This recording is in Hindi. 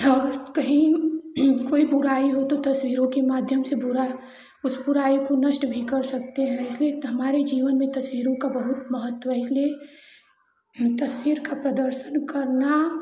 और कहीं कोई बुराई हो तो तस्वीरों के माध्यम से बुरा उस बुराई को नष्ट भी कर सकते हैं इसलिए हमारे जीवन में तस्वीरों का बहुत महत्व है इसलिए तस्वीर का प्रदर्शन करना